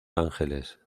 ángeles